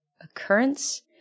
occurrence